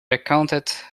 recounted